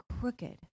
crooked